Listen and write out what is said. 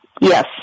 Yes